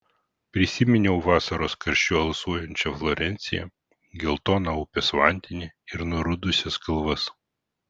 prisiminiau vasaros karščiu alsuojančią florenciją geltoną upės vandenį ir nurudusias kalvas